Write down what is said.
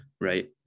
right